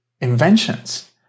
inventions